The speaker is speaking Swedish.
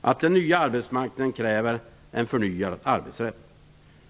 att den nya arbetsmarknaden kräver en förnyad arbetsrätt.